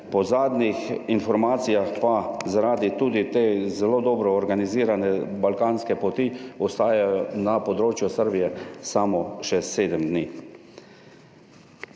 po zadnjih informacijah pa, zaradi tudi te zelo dobro organizirane balkanske poti ostajajo na področju Srbije samo še sedem dni.